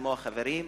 כמו החברים,